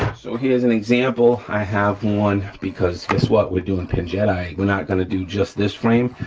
so here is an example i have one because guess what we're doing, pin jedi, we're not gonna do just this frame,